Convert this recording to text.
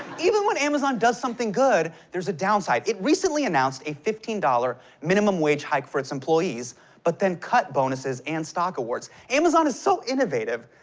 even when amazon does something good, there's a downside. it recently announced a fifteen dollars minimum wage hike for its employees but then cut bonuses and stock awards. amazon is so innovative,